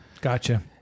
Gotcha